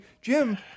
Jim